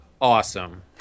awesome